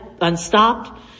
unstopped